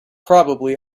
probably